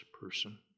person